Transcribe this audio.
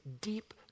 deep